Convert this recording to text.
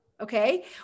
okay